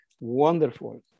wonderful